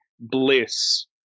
bliss